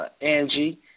Angie